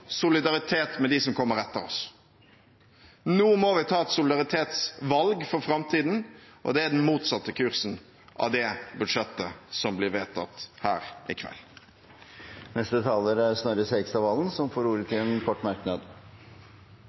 solidaritet med dem som kommer etter oss. Nå må vi ta et solidaritetsvalg for framtiden, og det er den motsatte kursen av det budsjettet som blir vedtatt her i kveld. Representanten Snorre Serigstad Valen har hatt ordet to ganger tidligere og får ordet til en kort merknad,